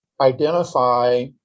identify